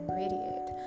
radiate